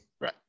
Right